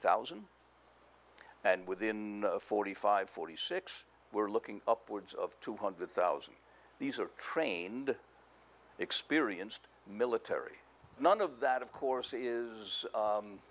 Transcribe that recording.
thousand and within forty five forty six were looking upwards of two hundred thousand these are trained experienced military none of that of course is